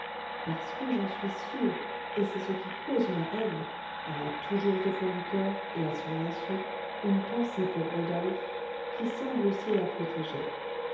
parce que j'en suis sûre et c'est ce qui cause ma haine elle a toujours au fond du coeur et à son insu une pensée pour rodolphe qui semble aussi la protéger